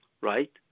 right